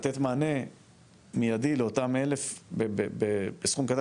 לתת מענה מיידי לאותם 1000 בסכום כזה.